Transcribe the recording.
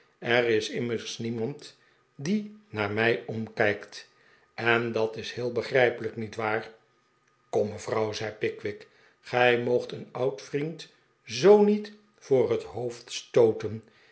er is immers niemand die naar mij omkijkt en dat is heel begrijpelijk nietwaar kom me vrouw zei pickwick gij moogt een oud vriend zoo niet voor het hoofd stooten